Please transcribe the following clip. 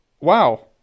Wow